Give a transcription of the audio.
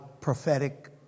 prophetic